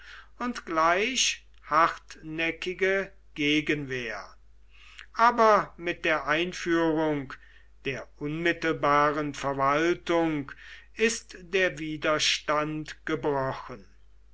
und gleich hartnäckige gegenwehr aber mit der einführung der unmittelbaren verwaltung ist der widerstand gebrochen